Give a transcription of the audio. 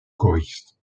choristes